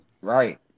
Right